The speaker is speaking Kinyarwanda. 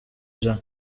ijana